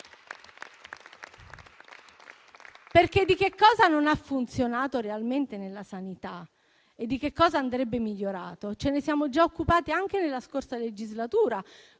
Di che cosa non ha funzionato realmente nella sanità e di che cosa andrebbe migliorato ce ne siamo già occupati nella scorsa legislatura,